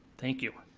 thank you.